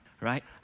right